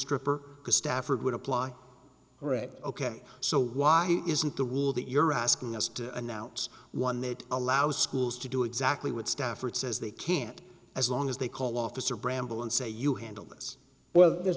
to stafford would apply for it ok so why isn't the rule that you're asking us to announce one that allows schools to do exactly what stafford says they can't as long as they call officer bramble and say you handled this well